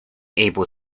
able